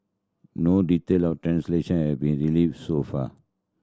no detail of translation have been so far